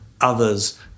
others